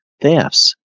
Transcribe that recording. thefts